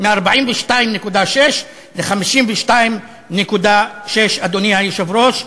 מ-42.6% ל-52.6%, אדוני היושב-ראש.